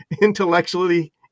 intellectually